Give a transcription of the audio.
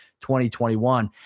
2021